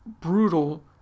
brutal